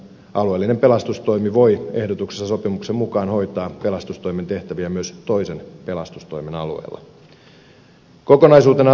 alueellinen pelastustoimi voi ehdotuksessa sopimuksen mukaan hoitaa pelastustoimen tehtäviä myös toisen pelastustoimen alueella